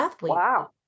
Wow